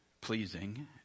pleasing